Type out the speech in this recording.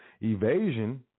Evasion